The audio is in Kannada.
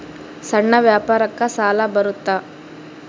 ಸಣ್ಣ ವ್ಯಾಪಾರಕ್ಕ ಸಾಲ ಬರುತ್ತಾ?